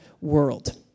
world